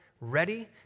ready